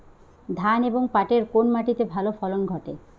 ধান এবং পাটের কোন মাটি তে ভালো ফলন ঘটে?